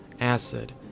acid